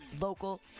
local